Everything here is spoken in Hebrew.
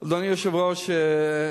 אדוני היושב-ראש,